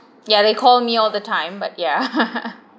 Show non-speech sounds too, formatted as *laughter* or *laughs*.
ya they call me all the time but ya *laughs*